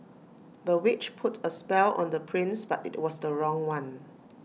the witch put A spell on the prince but IT was the wrong one